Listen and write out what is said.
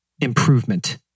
improvement